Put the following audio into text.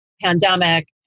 pandemic